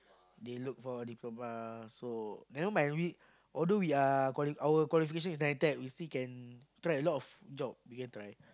they look for diploma so nevermind we although we are quali~ our qualification is nine ten we still can try a lot of jobs we can try